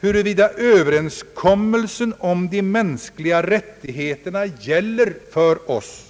huruvida överenskommelsen om de mänskliga rättigheterna gäller för oss.